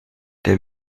der